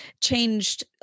changed